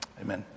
Amen